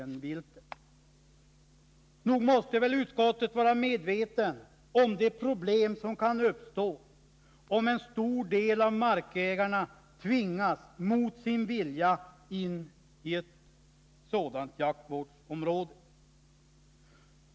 Nog måste väl utskottet vara medvetet om de problem som kan uppstå om en stor del av markägarna mot sin vilja tvingas in i ett sådant jaktvårdsområde.